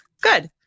Good